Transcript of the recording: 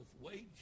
wages